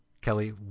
Kelly